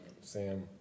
Sam